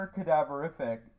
Cadaverific